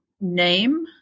name